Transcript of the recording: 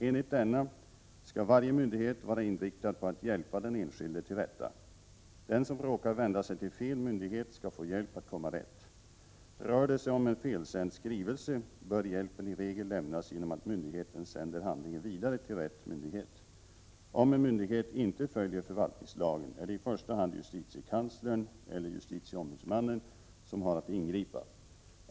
Enligt denna skall varje myndighet vara inriktad på att hjälpa den enskilde till rätta. Den som råkar vända sig till fel myndighet skall få hjälp att komma rätt. Rör det sig om en felsänd skrivelse, bör hjälpen i regel lämnas genom att myndigheten sänder handlingen vidare till rätt myndighet. Om en myndighet inte följer förvaltningslagen är det i första hand justitiekanslern, JK, eller justitieombudsmannen, JO, som har att ingripa.